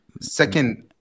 second